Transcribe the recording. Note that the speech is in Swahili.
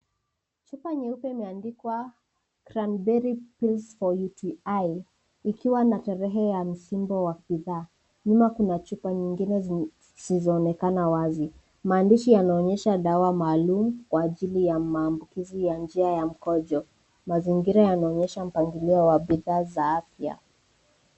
Chupa nyeupe imeandikwa (cs) cranberry pills for UTI (cs) ikiwa na tarehe ya msimbo wa bidhaa. Nyuma kuna picha zingine zisizoonekana wazi. Maandishi yanaonyesha dawa maalum kwa ajili ya maambukizi ya njia ya mkojo na zingine wanaonyesha mpangilio wa bidhaa za afya.